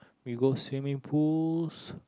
we go swimming pools